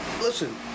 Listen